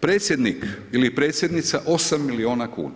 Predsjednik ili predsjednica 8.000.000 kuna